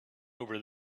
over